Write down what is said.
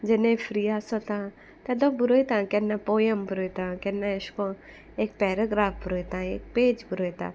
जेन्नाय फ्री आसोता तेदो बोरोयता केन्ना पोयम बोरोयता केन्ना एश कोन एक पॅरग्राफ बोरोयता एक पेज बोरोयता